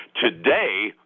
today